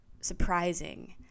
surprising